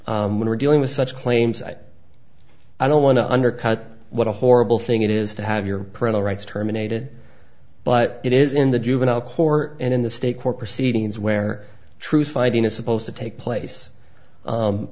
that when we're dealing with such claims i i don't want to undercut what a horrible thing it is to have your parental rights terminated but it is in the juvenile court and in the state court proceedings where true fighting is supposed to take place